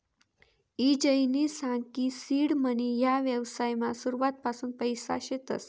ईजयनी सांग की सीड मनी ह्या व्यवसायमा सुरुवातपासून पैसा शेतस